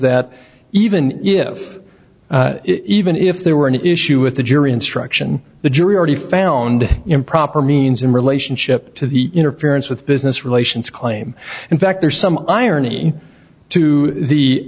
that even if it even if there were an issue with the jury instruction the jury already found improper means in relationship to the interference with business relations claim in fact there's some irony to the